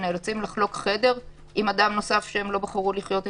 שנאלצים לחלוק חדר עם אדם נוסף שהם לא בחרו לחיות איתו,